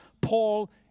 Paul